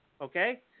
Okay